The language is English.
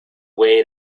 way